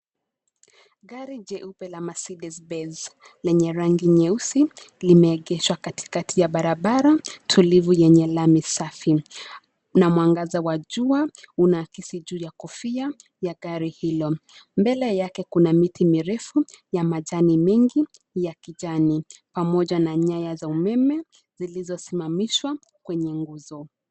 Gari jeupe la Mercedes benz lenye rangi nyeusi limeegeshwa katikati ya barabara tulivu lenye lami safi. Na mwangaza wa jua unaakisi juu ya kofia ya gari hilo , mbele yake kuna miti mirefu ya majani mengi ya kijani ,pamoja na nyaya za umeme zilizosimamishwa kwenye nguzo.